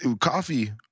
coffee